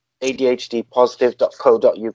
ADHDpositive.co.uk